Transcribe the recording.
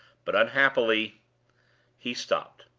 but unhappily he stopped.